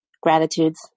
gratitudes